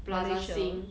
malaysia